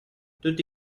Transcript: tutti